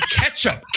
ketchup